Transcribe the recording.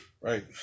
Right